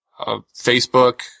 Facebook